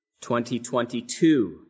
2022